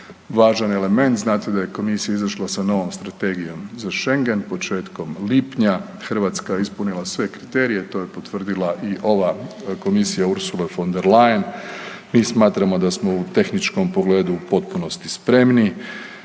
važan element znate da je Komisija izišla sa novom strategijom za Schengen početkom lipnja Hrvatska je ispunila sve kriterije, to je potvrdila i ova Komisija Ursule von der Leyen. Mi smatramo da smo u tehničkom pogledu u potpunosti spremni,